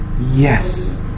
yes